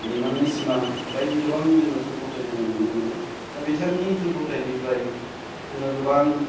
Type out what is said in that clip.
मिमांनि सिमां बायदि गोबां जोङो थुनफावथाय जोङो नुनो मोनो दा बिथांनि थुनफावथायनिफ्राय जोंहा गोबां